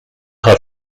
her